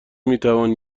میتوان